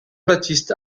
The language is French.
baptiste